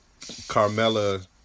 Carmella